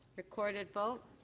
recorded vote.